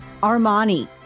Armani